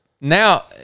now